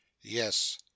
yes